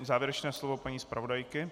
Závěrečné slovo paní zpravodajky.